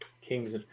kings